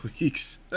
weeks